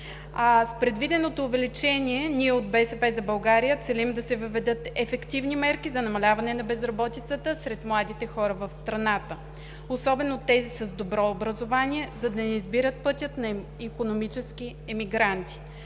С предвиденото увеличение ние от БСП за България целим да се въведат ефективни мерки за намаляване на безработицата сред младите хора в страната, особено тези с добро образование, за да не избират пътя на икономически емигранти.